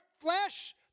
flesh